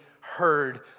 heard